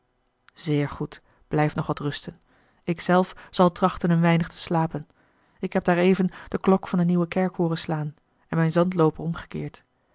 zeer goed blijf nog wat rusten ik zelf zal trachten een weinig te slapen ik heb daar even de klok van de nieuwe kerk hooren slaan en mijn zandlooper omgekeerd